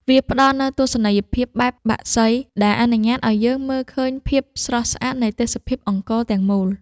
វាផ្ដល់នូវទស្សនីយភាពបែបបក្សី ដែលអនុញ្ញាតឱ្យយើងមើលឃើញភាពស្រស់ស្អាតនៃទេសភាពអង្គរទាំងមូល។